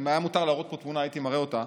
אם היה מותר להראות פה תמונה הייתי מראה אותה,